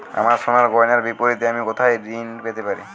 আমার সোনার গয়নার বিপরীতে আমি কোথায় ঋণ পেতে পারি?